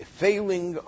failing